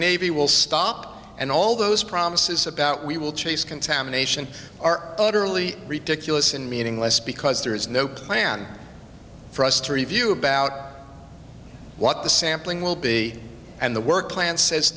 navy will stop and all those promises about we will chase contamination are utterly ridiculous and meaningless because there is no plan for us to review about what the sampling will be and the work plan